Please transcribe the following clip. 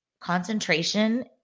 Concentration